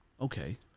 okay